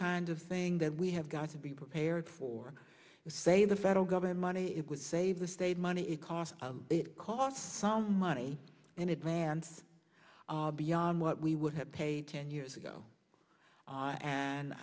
kind of thing that we have got to be prepared for say the federal government money it would save the state money it cost it cost some money and advance beyond what we would have paid ten years ago a